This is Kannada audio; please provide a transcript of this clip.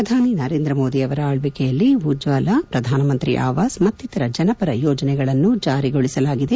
ಪ್ರಧಾನಿ ನರೇಂದ್ರ ಮೋದಿ ಅವರ ಆಳ್ವಿಕೆಯಲ್ಲಿ ಉಜ್ವಾಲಾ ಪ್ರಧಾನಮಂತ್ರಿ ಆವಾಸ್ ಮತ್ತಿತರ ಜನಪರ ಯೋಜನೆಗಳನ್ನು ಜಾರಿಗೊಳಿಸಲಾಗಿದೆ